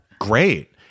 Great